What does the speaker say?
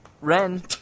ren